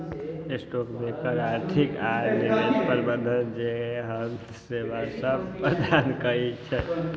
stock broker आर्थिक आऽ निवेश प्रबंधन जेहन सेवासभ प्रदान करई छै